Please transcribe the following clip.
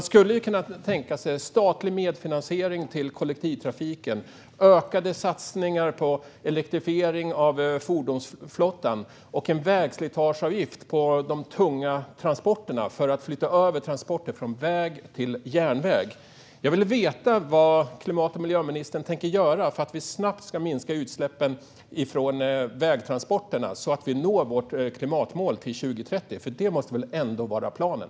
Man kan tänka sig statlig medfinansiering till kollektivtrafiken, ökade satsningar på elektrifiering av fordonsflottan och en vägslitageavgift på de tunga transporterna för att flytta över transporter från väg till järnväg. Jag vill veta vad klimat och miljöministern tänker göra för att vi snabbt ska minska utsläppen från vägtransporterna så att vi når vårt klimatmål till 2030. Det måste väl ändå vara planen?